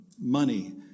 money